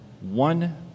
one